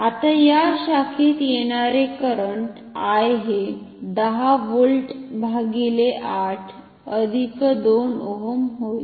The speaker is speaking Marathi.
आता या शाखेत येणारे करंट I हे 10 व्होल्ट भागीले 8 अधिक 2 ओहम होईल